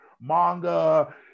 manga